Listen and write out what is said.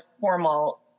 formal